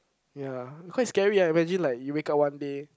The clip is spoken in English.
ya quite scary eh imagine like you wake up one day